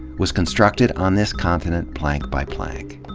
was constructed on this continent plank by plank.